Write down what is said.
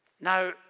Now